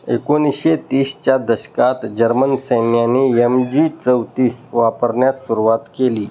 एकोणीसशे तीसच्या दशकात जर्मन सैन्याने यम जी चौतीस वापरण्यास सुरुवात केली